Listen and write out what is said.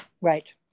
Right